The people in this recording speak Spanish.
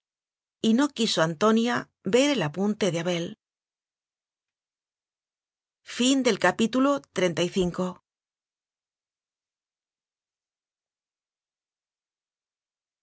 no quiso antonia ver el apunte de abel